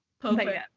Perfect